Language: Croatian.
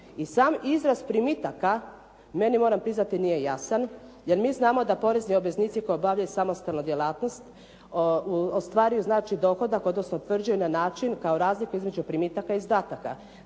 I sam izraz primitaka meni moram priznati nije jasan jer mi znamo da porezni obveznici koji obavljaju samostalnu djelatnost ostvaruju znači dohodak odnosno utvrđuju na način kao razliku između primitaka i izdataka.